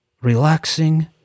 relaxing